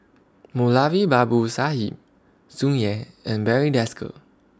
Moulavi Babu Sahib Tsung Yeh and Barry Desker